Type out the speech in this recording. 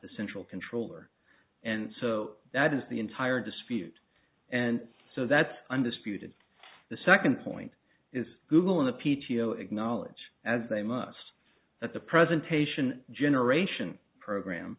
the central controller and so that is the entire dispute and so that's undisputed the second point is google in the p t o acknowledge as they must that the presentation generation program